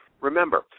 Remember